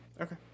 Okay